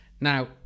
Now